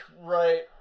right